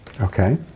Okay